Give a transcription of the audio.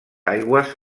aigües